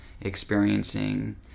experiencing